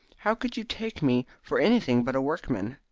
how could you take me for anything but a workman?